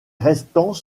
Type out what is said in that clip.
restants